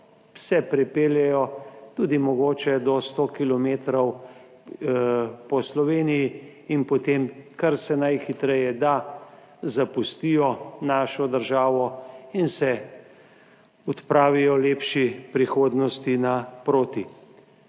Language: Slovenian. se prepeljejo tudi mogoče do sto kilometrov po Sloveniji in potem kar se najhitreje da zapustijo našo državo in se odpravijo lepši prihodnosti na proti.